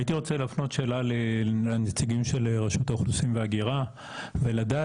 הייתי רוצה להפנות שאלה לנציגים של רשות האוכלוסין וההגירה ולדעת,